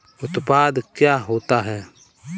उत्पाद क्या होता है?